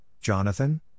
Jonathan